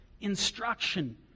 instruction